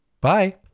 bye